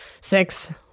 six